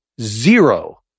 zero